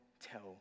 tell